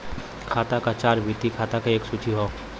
खाता क चार्ट वित्तीय खाता क एक सूची हौ